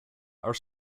are